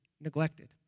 neglected